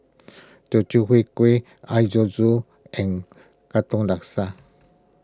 Teochew Huat Kueh Air Zam Zam and Katong Laksa